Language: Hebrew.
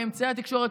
באמצעי התקשורת,